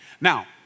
Now